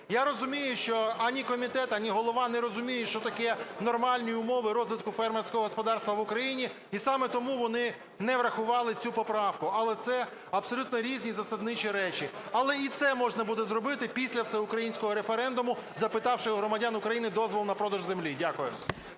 Я розумію, що ані комітет, ані голова не розуміють, що таке нормальні умови розвитку фермерського господарства в Україні. І саме тому вони не врахували цю поправку. Але це абсолютно різні засадничі речі. Але і це можна буде зробити після всеукраїнського референдуму, запитавши у громадян України дозвіл на продаж землі. Дякую.